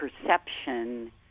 perception